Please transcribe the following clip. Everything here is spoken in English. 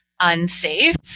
unsafe